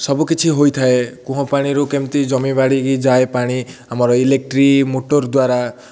ସବୁକିଛି ହୋଇଥାଏ କୂଅ ପାଣିରୁ କେମିତି ଜମି ବାଡ଼ିକି ଯାଏ ପାଣି ଆମର ଇଲେକ୍ଟ୍ରି ମୋଟର୍ ଦ୍ୱାରା